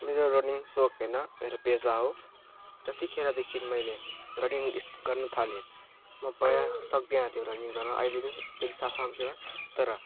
मेरो रनिङ सौक हैन मेरो पेसा हो जतिखेरदेखिन् मैले रनिङ यस्तो गर्नुथालेँ म पहिला सक्दिनँ त्यो रनिङ गर्न अहिले पनि त्यति साह्रो सक्दिनँ तर